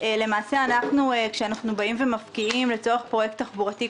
למעשה כשאנחנו מפקיעים לצורך פרויקט תחבורתי,